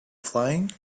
flying